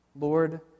Lord